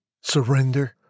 surrender